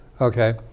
Okay